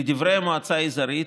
לדברי המועצה האזורית,